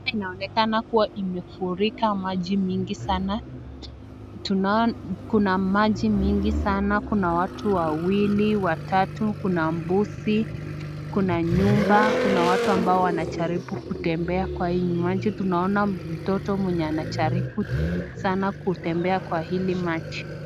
Hapa inaonekana kuwa imefurika maji mingi sana, kuna maji mingi sana, kuna watu wawili, watatu, kuna mbuzi, kuna nyumba, kuna watu ambao wako karibu kutembea kwa hii maji, tunaona mtoto mwenye anajaribu sana kwa hili maji.